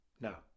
No